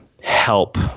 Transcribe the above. help